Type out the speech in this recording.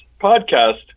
podcast